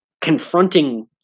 confronting